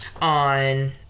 on